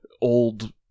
old